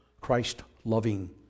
Christ-loving